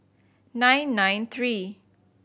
nine nine three